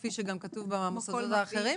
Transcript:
כפי שגם כתוב במוסדות האחרים?